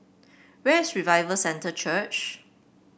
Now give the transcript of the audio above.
where is Revival Centre Church